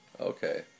Okay